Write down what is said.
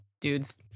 dudes